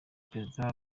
prezida